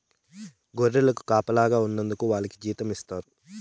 గొర్రెలకు కాపలాగా ఉన్నందుకు వాళ్లకి జీతం ఇస్తారు